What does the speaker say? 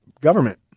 government